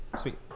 Sweet